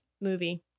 movie